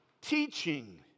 teaching